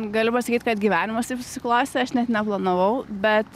galiu pasakyt kad gyvenimas taip susiklostė aš net neplanavau bet